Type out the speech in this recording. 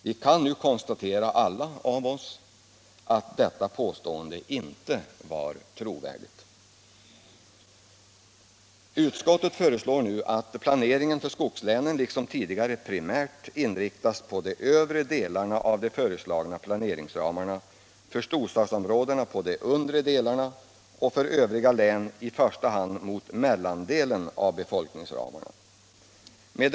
Vi kan i dag alla konstatera att denna beskyllning inte var riktig. än ett år legat i kanslihuset.